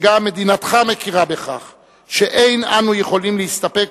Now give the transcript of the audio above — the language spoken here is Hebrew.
שגם מדינתך מכירה בכך שאין אנחנו יכולים להסתפק